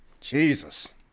Jesus